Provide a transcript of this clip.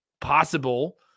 possible